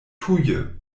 tuje